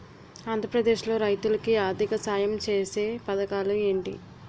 ఆంధ్రప్రదేశ్ లో రైతులు కి ఆర్థిక సాయం ఛేసే పథకాలు ఏంటి?